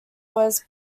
was